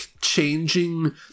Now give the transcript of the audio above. changing